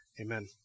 Amen